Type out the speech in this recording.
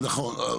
נכון,